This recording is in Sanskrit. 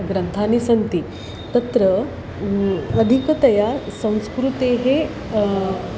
ग्रन्थानि सन्ति तत्र अधिकतया संस्कृतेः